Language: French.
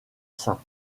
sein